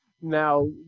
now